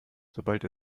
sobald